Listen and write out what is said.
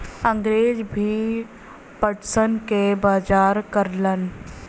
अंगरेज भी पटसन क बजार करलन